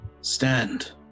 Stand